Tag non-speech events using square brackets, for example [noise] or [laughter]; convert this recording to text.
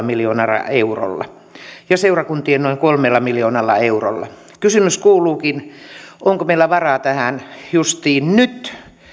[unintelligible] miljoonalla eurolla ja seurakuntien noin kolmella miljoonalla eurolla kysymys kuuluukin onko meillä varaa tähän justiin nyt